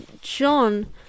John